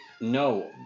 no